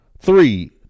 Three